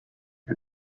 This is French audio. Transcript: que